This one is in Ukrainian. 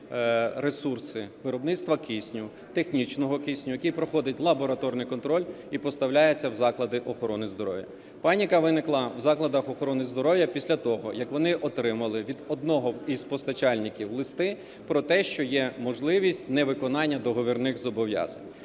ресурси виробництва кисню, технічного кисню, який проходить лабораторний контроль і поставляється в заклади охорони здоров'я. Паніка виникла в закладах охорони здоров'я після того, як вони отримали від одного із постачальників листи про те, що є можливість не виконання договірних зобов'язань.